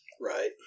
Right